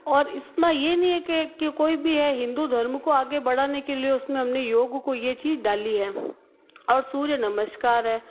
और इसमें यह नहीं है कि के कोई भी है हिंदू धर्म को आगे बढाने के लिए उसमें हमने योग को यह चीज़ डाली है और सूर्य नमस्कार है